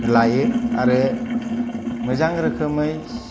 लायो आरो मोजां रोखोमै